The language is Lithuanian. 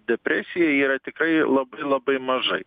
depresija yra tikrai labai labai mažai